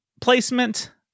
placement